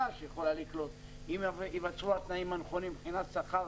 שהיא יכולה לקלוט אם ייווצרו התנאים הנכונים מבחינת שכר,